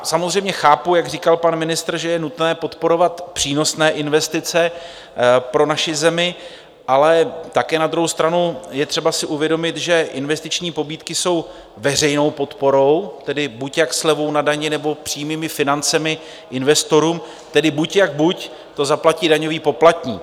Samozřejmě chápu, jak říkal pan ministr, že je nutné podporovat přínosné investice pro naši zemi, ale také na druhou stranu je třeba si uvědomit, že investiční pobídky jsou veřejnou podporou, tedy buď jak slevou na dani, nebo přímými financemi investorům, tedy buď jak buď to zaplatí daňový poplatník.